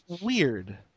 weird